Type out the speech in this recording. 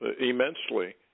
immensely